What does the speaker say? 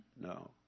No